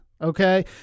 Okay